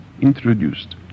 introduced